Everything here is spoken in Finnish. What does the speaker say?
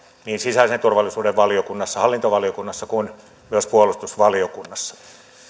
niin sisäisen turvallisuuden valiokunnassa hallintovaliokunnassa kuin myös puolustusvaliokunnassa